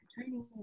Training